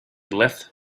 left